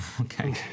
Okay